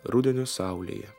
rudenio saulėje